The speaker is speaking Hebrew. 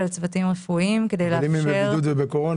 צוותים רפואיים כדי לאפשר- -- אם הם בבידוד ובקורונה,